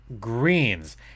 greens